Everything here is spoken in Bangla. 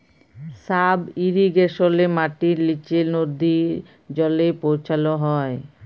সাব ইরিগেশলে মাটির লিচে লদী জলে পৌঁছাল হ্যয়